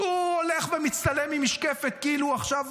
הוא הולך ומצטלם עם משקפת כאילו הוא עכשיו,